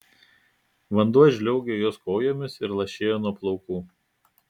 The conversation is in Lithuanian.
vanduo žliaugė jos kojomis ir lašėjo nuo plaukų